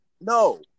No